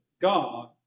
God